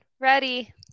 ready